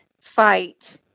fight